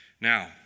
Now